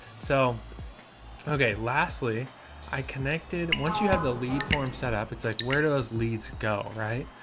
so okay, lastly i connected, once you have the lead form set up, it's like where do those leads go? right?